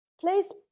place